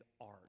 art